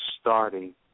starting